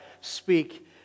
speak